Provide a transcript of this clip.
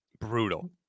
brutal